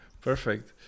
Perfect